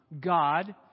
God